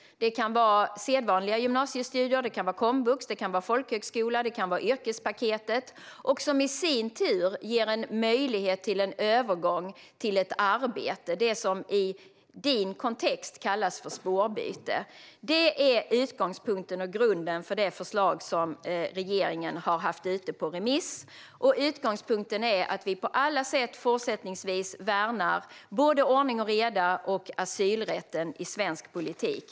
Det kan vara sedvanliga gymnasiestudier, det kan vara komvux, det kan vara folkhögskola och det kan vara yrkespaketet som i sin tur ger en möjlighet till en övergång till arbete - det som i Johan Forssells kontext kallas spårbyte. Det är utgångspunkten och grunden för det förslag som regeringen har haft ute på remiss. Utgångspunkten är att vi på alla sätt fortsättningsvis värnar både ordning och reda och asylrätten i svensk politik.